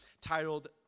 titled